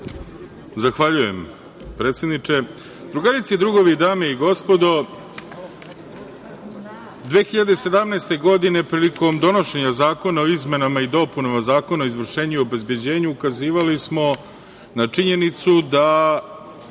Zahvaljujem predsedniče. Drugarice i drugovi, dame i gospodo, 2017. godine prilikom donošenja zakona o izmenama i dopunama Zakona o izvršenju i obezbeđenju ukazivali smo na činjenicu da